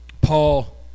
Paul